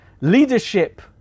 leadership